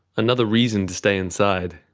another reason to stay inside,